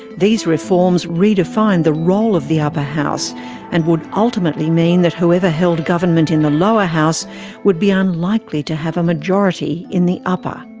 these reforms redefined the role of the upper house and would ultimately mean that whoever held government in the lower house would be unlikely to have a majority in the upper.